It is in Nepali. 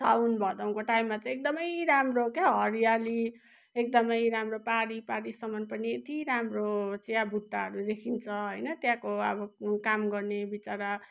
साउन भदौको टाइममा चाहिँ एकदमै राम्रो क्या हरियाली एकदमै राम्रो पारी पारीसम्म पनि यति राम्रो चियाबुट्टाहरू देखिन्छ होइन त्यहाँको अब काम गर्ने विचरा